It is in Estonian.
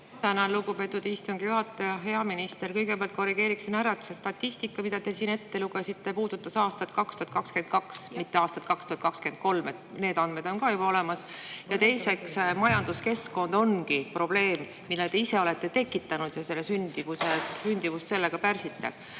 Tänan, lugupeetud istungi juhataja! Hea minister! Kõigepealt korrigeeriksin, et see statistika, mida te siin ette lugesite, puudutas 2022. aastat, mitte 2023. aastat. Need andmed on ka juba olemas. Teiseks, majanduskeskkond ongi probleem, mille te ise olete tekitanud ja millega te sündimust pärsite.